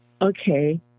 Okay